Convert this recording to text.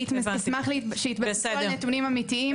אני אשמח שיתבססו על נתונים אמיתיים.